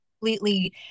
completely